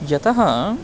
यतः